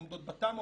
עומדות בתמ"א,